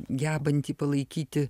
gebantį palaikyti